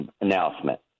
announcement